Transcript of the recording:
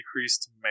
decreased